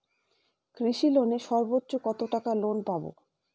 কৃষি লোনে সর্বোচ্চ কত টাকা লোন পাবো?